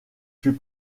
fut